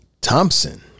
Thompson